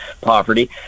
poverty